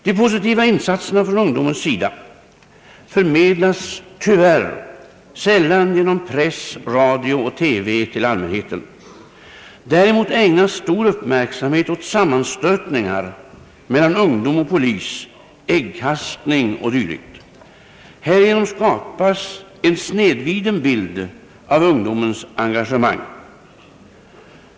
De positiva insatserna från ungdomens sida förmedlas tyvärr sällan genom press, radio och TV till allmänheten. Däremot ägnas stor uppmärksamhet åt sammanstötningar mellan ungdom och polis, äggkastning o. d. Härigenom skapas självfallet en snedvriden bild av ungdomens engagemang.